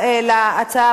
אין מתנגדים,